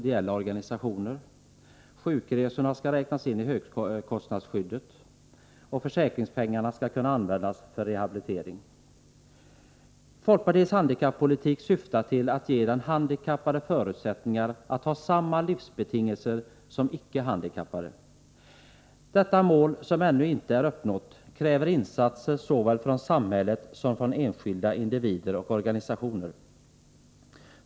Dessa är: — Försäkringspengar skall kunna användas för rehabilitering. Folkpartiets handikappolitik syftar till att ge de handikappade förutsättningar att ha samma livsbetingelser som icke handikappade. Detta mål, som ännu inte är uppnått, kräver insatser såväl från samhället som från enskilda individer och organisationer.